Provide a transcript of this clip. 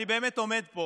אני באמת עומד פה